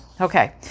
Okay